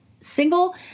single